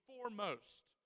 foremost